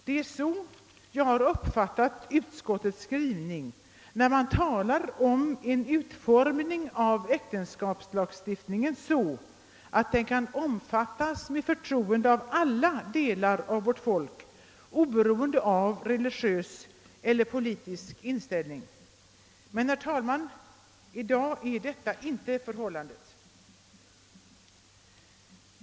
Det är så jag har uppfattat utskottets skrivning, när man talar om en utformning av äktenskapslagstiftningen sådan, att den med förtroende kan omfattas av alla delar av vårt folk, oberoende av religiös och politisk inställning. Men, herr talman, i dag är detta inte förhållandet.